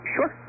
Sure